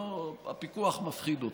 הפיקוח מפחיד אותם.